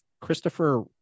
Christopher